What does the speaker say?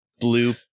blue